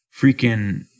freaking